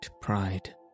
pride